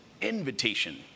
invitation